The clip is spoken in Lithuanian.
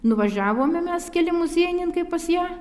nuvažiavome mes keli muziejininkai pas ją